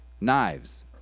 knives